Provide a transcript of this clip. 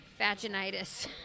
vaginitis